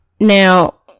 now